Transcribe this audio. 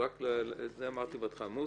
מוסי,